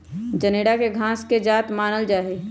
जनेरा के घास के जात मानल जाइ छइ